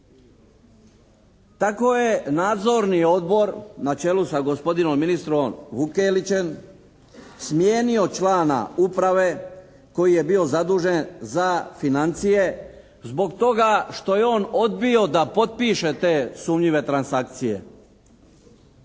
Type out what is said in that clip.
Tako je Nadzorni odbor na čelu sa gospodinom ministrom Vukelićem smijenio člana Uprave koji je bio zadužen za financije zbog toga što je on odbio da potpiše te sumnjive transakcije.